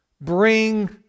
bring